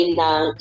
ng